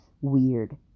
weird